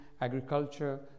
agriculture